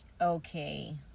okay